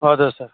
اَدٕ حظ سَر